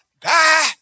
die